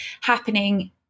happening